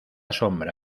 sombra